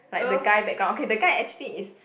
like the guy background okay the guy actually is